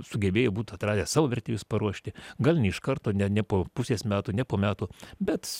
sugebėję būtų atradę savo vertėjus paruošti gal ne iš karto ne ne po pusės metų ne po metų bet